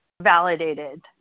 Validated